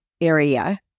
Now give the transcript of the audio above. area